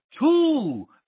two